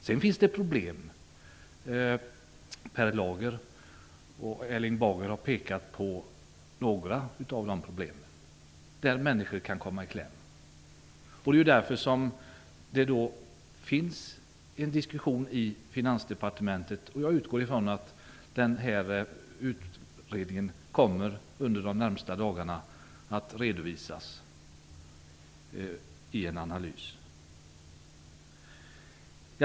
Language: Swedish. Sedan finns det problemsituationer - Per Lager och Erling Bager har pekat på några av dem - där människor kan komma i kläm. Därför pågår det också en diskussion i Finansdepartementet, och jag utgår från att den här utredningen kommer att redovisas under de närmaste dagarna i en analys.